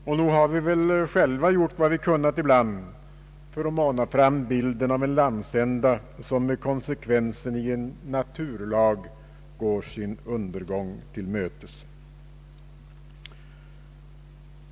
Och nog har vi själva gjort vad vi kunnat ibland för att mana fram bilden av en landsända som med konsekvensen hos en naturlag går sin undergång till mötes.